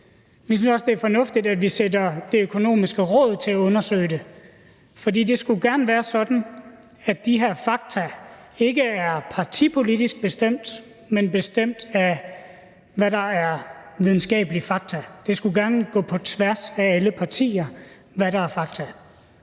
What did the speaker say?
vi synes også, det er fornuftigt, at vi sætter De Økonomiske Råd til at undersøge det, for det skulle gerne være sådan, at de her fakta ikke er partipolitisk bestemt, men bestemt af, hvad der er videnskabelige fakta. Det skulle gerne gå på tværs af alle partier, hvad der er fakta.